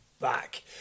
back